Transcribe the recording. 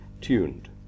tuned